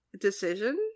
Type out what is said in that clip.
decision